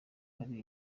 hari